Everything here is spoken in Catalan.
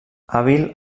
hàbil